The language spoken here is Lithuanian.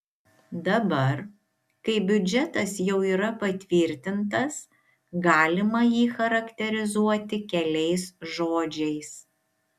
dabar kai biudžetas jau yra patvirtintas galima jį charakterizuoti keliais žodžiais